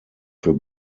für